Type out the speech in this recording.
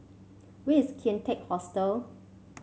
where is Kian Teck Hostel